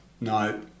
no